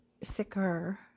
sicker